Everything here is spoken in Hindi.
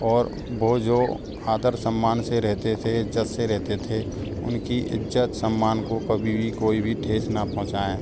और वो जो आदर सम्मान से रहते थे इज़्ज़त से रहते थे उन की इज़्ज़त सम्मान को कभी भी कोई भी ठेस ना पहुँचाएं